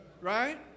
right